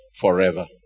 forever